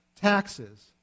Taxes